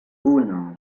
uno